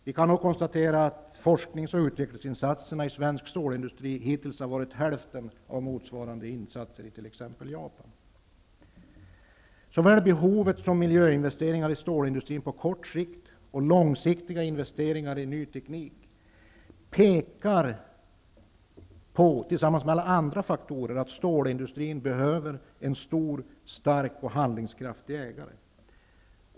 Vi kan konstatera att forsknings och utvecklingsinsatserna i svensk stålindustri hittills har utgjort hälften av motsvarande insatser i t.ex. Behovet av såväl kortsiktiga miljöinvesteringar i stålindustrin som långsiktiga investeringar i ny teknik pekar, tillsammans med alla andra faktorer, på att stålindustrin behöver en stor, stark och handlingskraftig ägare.